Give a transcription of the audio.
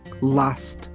last